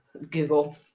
Google